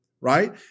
Right